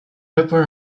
upper